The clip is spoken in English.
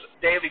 daily